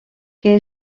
que